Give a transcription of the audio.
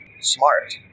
smart